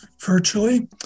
virtually